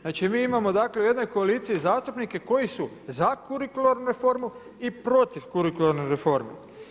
Znači mi imamo u jednoj koaliciji zastupnike koji su za kurikuralnu reformu i protiv kurikularne reforme.